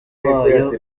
wayo